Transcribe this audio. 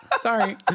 Sorry